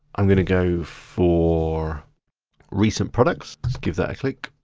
i'm gonna go for recent products, let's give that a click.